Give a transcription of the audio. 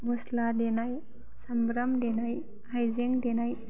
म'स्ला देनाय सामब्राम देनाय हायजें देनाय